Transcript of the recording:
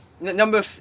Number